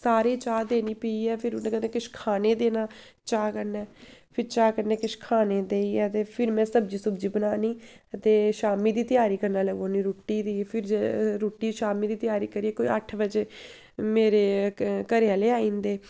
सारें गी चाह् देनी पीऐ फिर ओह्दे कन्नै किश खाने गी देना चाह् कन्नै फिर चाह् कन्नै किश खाने गी देइयै ते फिर में सब्जी सुब्जी बनान्नीं ते शामी दी त्यारी करने लगी पौनी होन्नीं रुट्टी दी फिर ज रुट्टी शामी दी त्यारी करियै राती कोई अट्ठ बजे मेरे घरै आह्ले आई जंदे